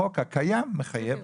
החוק הקיים מחייב.